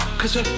Cause